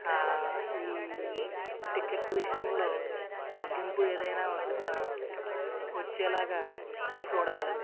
ఈ టికెట్ విషయంలో తగ్గింపు ఏదైనా వచ్చే లాగా చూడగలరు